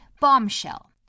Bombshell